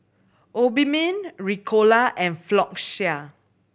Obimin Ricola and Floxia